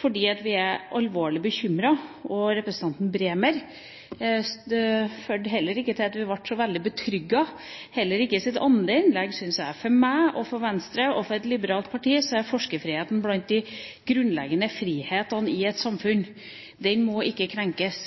fordi vi er alvorlig bekymret. Innlegget til representanten Bremer førte heller ikke til at vi ble så veldig betrygget – heller ikke hans andre innlegg, synes jeg. For meg og for Venstre, og for et liberalt parti, er forskerfriheten blant de grunnleggende frihetene i et samfunn. Den må ikke krenkes.